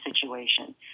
situation